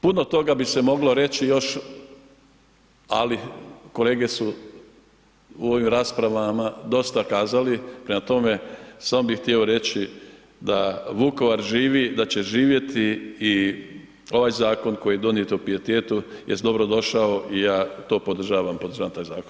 Puno toga bi se moglo reći još, ali kolege su u ovim raspravama dosta kazali, prema tome samo bi htio reći da Vukovar živi, da će živjeti i ovaj zakon koji je donijet o pijetetu jest dobro došao i ja to podržavam, podržavam taj zakon.